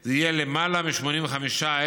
זה יהיה למעלה מ-85,000